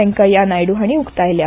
वेंकय्या नायडू हाणी उक्तायल्या